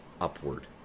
upward